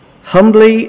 humbly